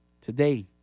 Today